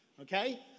Okay